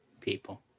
People